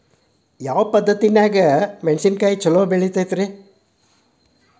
ಯಾವ ಪದ್ಧತಿನ್ಯಾಗ ಮೆಣಿಸಿನಕಾಯಿ ಛಲೋ ಬೆಳಿತೈತ್ರೇ?